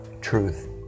Truth